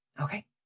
Okay